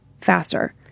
faster